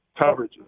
coverages